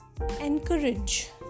encourage